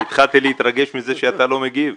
התחלתי להתרגש מזה שאתה לא מגיב.